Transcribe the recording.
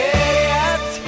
idiot